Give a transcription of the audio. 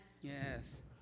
Yes